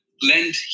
blend